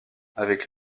avec